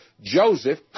Joseph